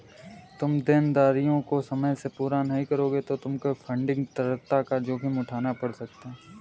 तुम देनदारियों को समय से पूरा नहीं करोगे तो तुमको फंडिंग तरलता का जोखिम उठाना पड़ सकता है